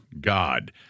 God